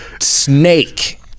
snake